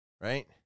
right